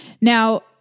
Now